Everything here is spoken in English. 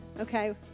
Okay